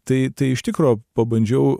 tai tai iš tikro pabandžiau